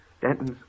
Denton's